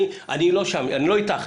אני לא אתך.